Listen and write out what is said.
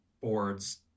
boards